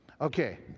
Okay